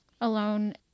alone